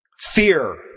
fear